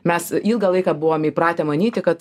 mes ilgą laiką buvome įpratę manyti kad